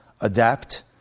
adapt